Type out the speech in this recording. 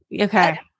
okay